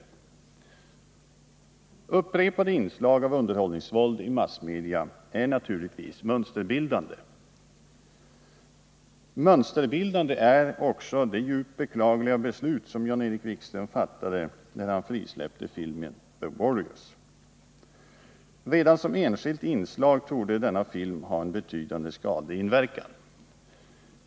37 Upprepade inslag av underhållningsvåld i massmedia är naturligtvis mönsterbildande. Mönsterbildande är också det djupt beklagliga beslut som Jan-Erik Wikström fattade när han frisläppte filmen The Warriors. Redan som enskilt inslag torde denna film ha en betydande skadlig inverkan.